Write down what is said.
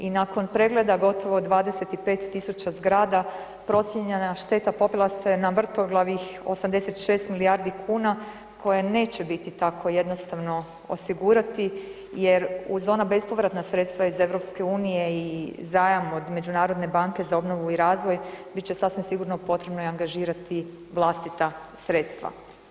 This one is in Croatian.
I nakon pregleda gotovo 25 000 zgrada procijenjena šteta popela se na vrtoglavih 86 milijardi kuna koje neće biti tako jednostavno osigurati jer uz ona bespovratna sredstva iz EU i zajam od Međunarodne banke za obnovu i razvoj bit će sasvim sigurno potrebno i angažirati vlastita sredstva.